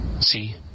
see